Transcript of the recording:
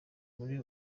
muri